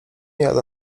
jadę